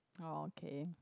oh okay